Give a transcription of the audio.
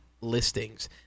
listings